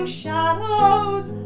shadows